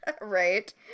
Right